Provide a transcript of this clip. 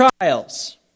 trials